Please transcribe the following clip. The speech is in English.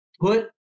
put